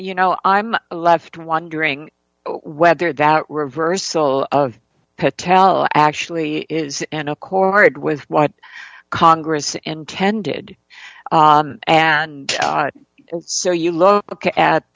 you know i'm left wondering whether that reversal of patel actually is and a core it with what congress intended and so you look at